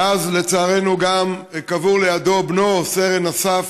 מאז, לצערנו, גם קבור לידו בנו, סרן אסף,